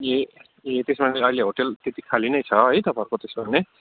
ए ए त्यसो भान अहिले होटल त्यति खाली नै छ है तपाईँहरूको त्यसो हो भने